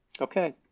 okay